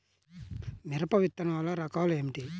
మిరప విత్తనాల రకాలు ఏమిటి?